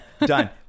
done